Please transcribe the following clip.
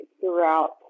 throughout